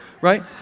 right